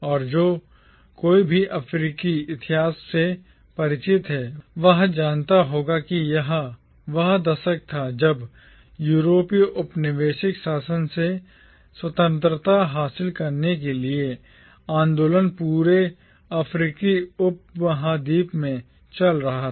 और जो कोई भी अफ्रीकी इतिहास से परिचित है वह जानता होगा कि यह वह दशक था जब यूरोपीय औपनिवेशिक शासन से स्वतंत्रता हासिल करने के लिए आंदोलन पूरे अफ्रीकी उपमहाद्वीप में चल रहा था